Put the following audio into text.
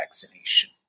vaccination